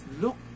look